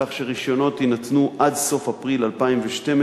כך שרשיונות יינתנו עד סוף אפריל 2012,